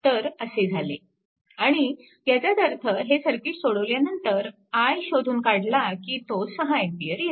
तर असे झाले आणि ह्याचाच अर्थ हे सर्किट सोडवल्यानंतर iशोधून काढला की तो 6A येतो